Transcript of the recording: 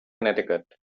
connecticut